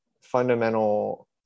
fundamental